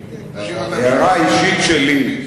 הערה אישית שלי: